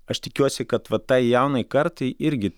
aš tikiuosi kad vat tai jaunai kartai irgi